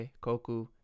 Koku